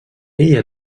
ella